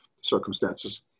circumstances